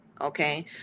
okay